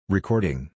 Recording